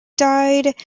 died